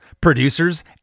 producers